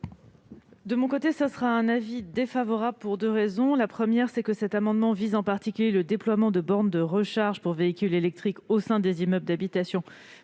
De mon côté, l'avis est défavorable pour deux raisons. La première tient à ce que cet amendement vise en particulier le déploiement de bornes de recharge pour véhicules électriques au sein des immeubles d'habitation.